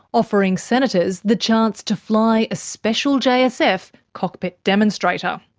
offering senators the chance to fly a special jsf cockpit demonstrator.